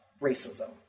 racism